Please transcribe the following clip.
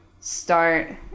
start